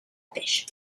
pêche